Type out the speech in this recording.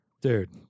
Dude